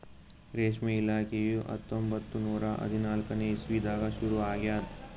ರೇಷ್ಮೆ ಇಲಾಖೆಯು ಹತ್ತೊಂಬತ್ತು ನೂರಾ ಹದಿನಾಲ್ಕನೇ ಇಸ್ವಿದಾಗ ಶುರು ಆಗ್ಯದ್